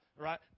right